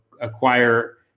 acquire